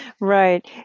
Right